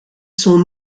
son